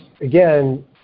again